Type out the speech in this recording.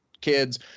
kids